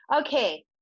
Okay